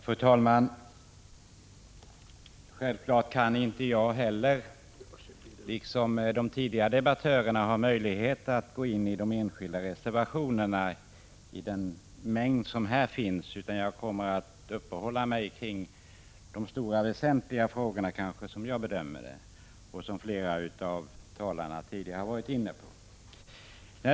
Fru talman! Självfallet har inte jag, liksom inte heller de tidigare debattörerna, möjlighet att gå in på den mängd enskilda reservationer som finns. Jag kommer att uppehålla mig vid de frågor som jag bedömer vara de stora och väsentliga, frågor som också flera av de tidigare talarna varit inne på.